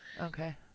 Okay